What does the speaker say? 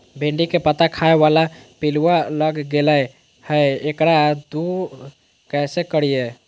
भिंडी के पत्ता खाए बाला पिलुवा लग गेलै हैं, एकरा दूर कैसे करियय?